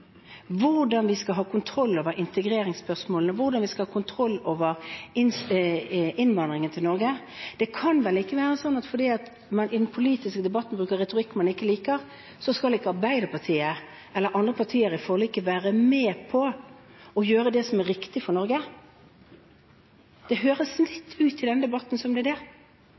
hvordan vi skal ha kontroll over integreringsspørsmålene, hvordan vi skal ha kontroll over innvandringen til Norge. Det kan vel ikke være sånn at fordi at man i den politiske debatten bruker en retorikk man ikke liker, skal ikke Arbeiderpartiet eller andre partier i forliket være med på å gjøre det som er riktig for Norge? Det høres ut litt sånn i debatten som at det er det.